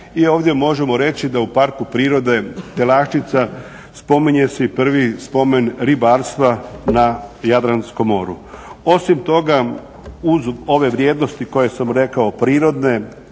i ovdje možemo reći da u Parku prirode Telaščica spominje se i prvi spomen ribarstva na Jadranskom moru. Osim toga uz ove vrijednosti koje sam rekao prirodne,